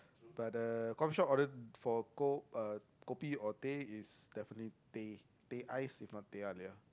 but uh coffeeshop order for ko~ uh kopi or teh is definitely teh teh ice if not teh-halia